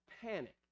panic